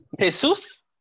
Jesus